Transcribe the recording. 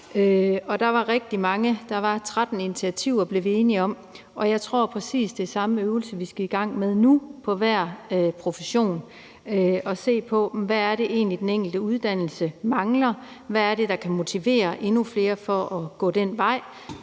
Og der var rigtig mange initiativer – der var 13, blev vi enige om – og jeg tror, det er præcis den samme øvelse, vi nu skal i gang med for hver profession, hvor vi skal se på, hvad det egentlig er, den enkelte uddannelse mangler, og hvad det er, der kan motivere endnu flere til at gå den vej.